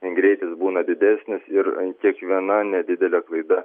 greitis būna didesnis ir kiek viena nedidelė klaida